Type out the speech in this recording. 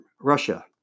Russia